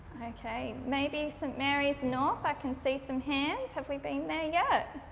okay, maybe st marys north, i can see some hands, have we been there yet?